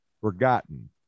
forgotten